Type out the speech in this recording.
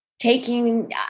taking